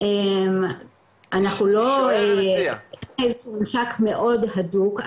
לא בממשק מאוד הדוק,